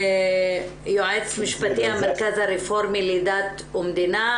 יועץ משפטי של המרכז הרפורמי לדת ומדינה.